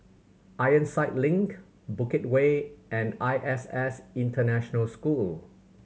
Ironside Link Bukit Way and I S S International School